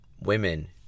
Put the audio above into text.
women